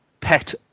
pet